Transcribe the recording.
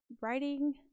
writing